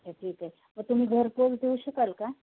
अच्छा ठीक आहे तुम्ही घरपोच देऊ शकाल का